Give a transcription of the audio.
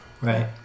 Right